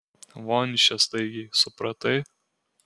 von iš čia staigiai supratai